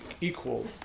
equal